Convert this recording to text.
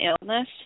illness